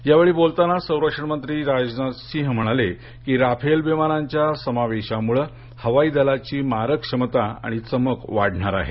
यावेळी बोलताना संरक्षण मंत्री राजनाथ सिंह म्हणाले की राफेल विमानांच्या समावेशामूळ हवाई दलाची मारक क्षमता आणि चमक वाढणार आहे